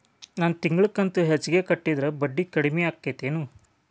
ನನ್ ತಿಂಗಳ ಕಂತ ಹೆಚ್ಚಿಗೆ ಕಟ್ಟಿದ್ರ ಬಡ್ಡಿ ಕಡಿಮಿ ಆಕ್ಕೆತೇನು?